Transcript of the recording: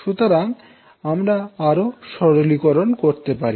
সুতরাং আমরা আরও সরলীকরণ করতে পারি